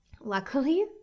Luckily